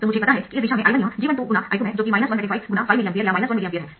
तो मुझे पता है कि इस दिशा में I1 यह g12×I2 है जो कि 15×5 mA या 1mA है